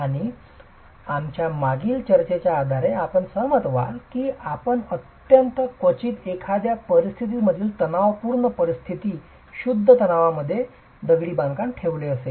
आणि आमच्या मागील चर्चेच्या आधारे आपण सहमत व्हाल की आपण अत्यंत क्वचितच एखाद्या परिस्थितीतील तणावपूर्ण परिस्थिती शुद्ध तणावामध्ये दगडी बांधकाम ठेवले असेल